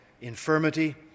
infirmity